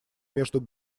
между